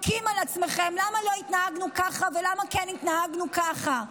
מכים על עצמכם למה לא התנהגנו ככה ולמה כן התנהגנו ככה.